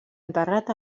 enterrat